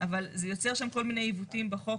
אבל זה יוצר שם כל מיני עיוותים בתוך החוק